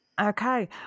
Okay